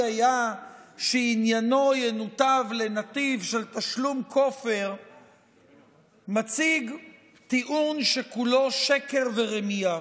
היה שעניינו ינותב לנתיב של תשלום כופר מציג טיעון שכולו שקר ורמייה.